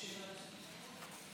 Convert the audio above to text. יש שאלה נוספת?